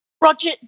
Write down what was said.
Roger